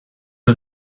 the